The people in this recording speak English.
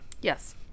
Yes